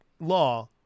law